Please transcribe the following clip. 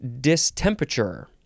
Distemperature